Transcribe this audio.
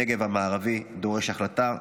הנגב המערבי דורש החלטה,